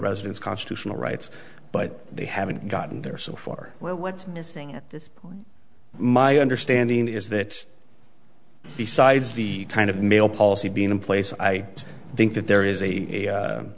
residents constitutional rights but they haven't gotten there so far well what's missing at this point my understanding is that besides the kind of mail policy being in place i think that there is a